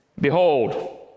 Behold